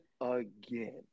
again